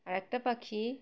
আর একটা পাখি